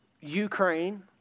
Ukraine